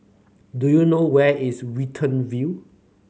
do you know where is Watten View